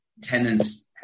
tenants